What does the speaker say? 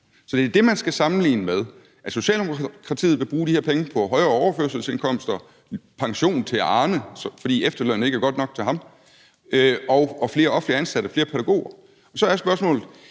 Så det er det, man skal sammenligne med, altså at Socialdemokratiet vil bruge de her penge på højere overførselsindkomster, pension til Arne, fordi efterløn ikke er godt nok til ham, flere offentligt ansatte, flere pædagoger. Så er spørgsmålet: